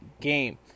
game